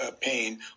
pain